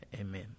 Amen